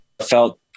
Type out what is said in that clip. felt